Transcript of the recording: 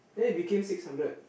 then it became six hundred